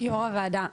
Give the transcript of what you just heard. יו"ר הוועדה,